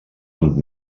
amb